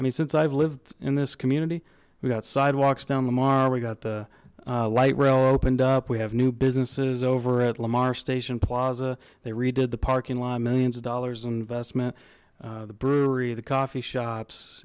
i mean since i've lived in this community we got sidewalks down tomorrow we got the light rail opened we have new businesses over at lamar station plaza they redid the parking lot millions of dollars in investment the brewery the coffee shops